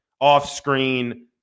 off-screen